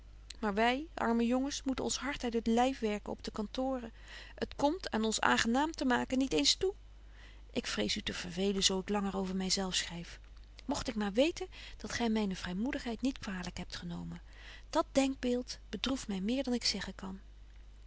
maar wy arme jongens moeten ons hart uit het lyf werken op de kantooren t komt aan ons aangenaam te maken niet eens toe ik vrees u te vervelen zo ik langer over my zelf schryf mogt ik maar weten dat gy myne vrymoedigheid niet kwalyk hebt opgenomen dat denkbeeld bedroeft my meer dan ik zeggen kan